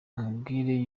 nkubwire